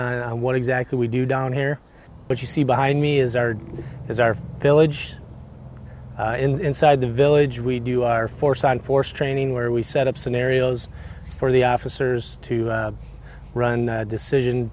on what exactly we do down here but you see behind me is our is our village inside the village we do our force on force training where we set up scenarios for the officers to run decision